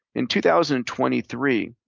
in two thousand and twenty three,